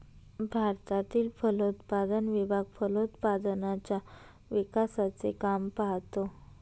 भारतातील फलोत्पादन विभाग फलोत्पादनाच्या विकासाचे काम पाहतो